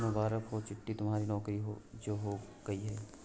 मुबारक हो चिंटू तुम्हारी नौकरी जो हो गई है